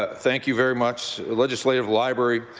thank you very much. legislative library,